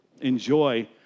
enjoy